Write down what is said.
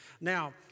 Now